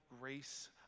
grace